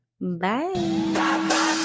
Bye